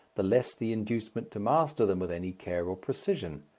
the less the inducement to master them with any care or precision.